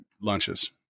lunches